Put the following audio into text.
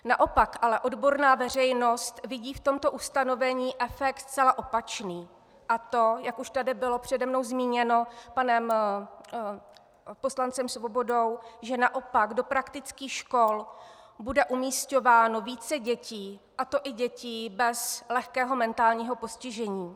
Naopak ale odborná veřejnost vidí v tomto ustanovení efekt zcela opačný, a to, jak už tady bylo přede mnou zmíněno panem poslancem Svobodou, že naopak do praktických škol bude umisťováno více dětí, a to i dětí bez lehkého mentálního postižení.